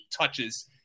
touches